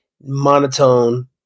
monotone